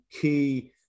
key